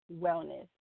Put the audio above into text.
wellness